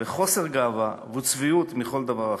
וחוסר גאווה וצביעות מכל דבר אחר.